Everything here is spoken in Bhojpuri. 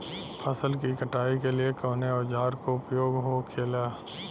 फसल की कटाई के लिए कवने औजार को उपयोग हो खेला?